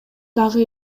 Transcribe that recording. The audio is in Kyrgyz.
дагы